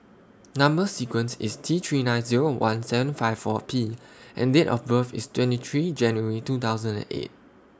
Number sequence IS T three nine Zero one seven five four P and Date of birth IS twenty three January two thousand and eight